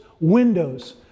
windows